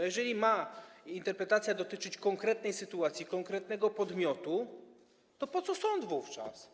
Jeżeli interpretacja ma dotyczyć konkretnej sytuacji, konkretnego podmiotu, to po co wówczas sąd?